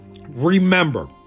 Remember